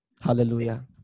Hallelujah